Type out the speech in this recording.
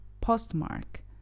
Postmark